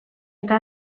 eta